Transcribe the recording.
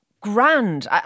grand